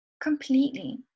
completely